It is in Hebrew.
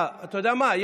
אתה יודע מה?